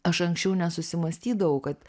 aš anksčiau nesusimąstydavau kad